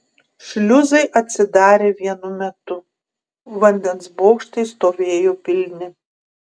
šliuzai atsidarė vienu metu vandens bokštai stovėjo pilni